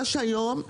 מה שהיום,